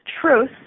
truth